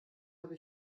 habe